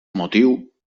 motiu